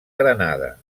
granada